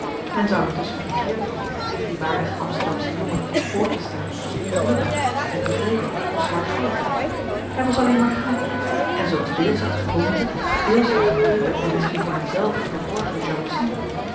men zou intusschen verkeerd doen zich dien waardigen amsterdamschen jongen voor te stellen als ongelukkig ontevreden of zwartgallig hij was alleen maar hatelijk en zulks deels uit gewoonte deels uit een diepe en misschien voor hemzelven verborgen jaloezie